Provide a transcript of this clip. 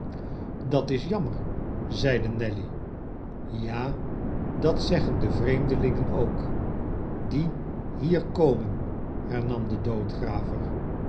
dat is jammer zeide nelly ja dat zeggen de vreemdelingen ook die hier komen hernam de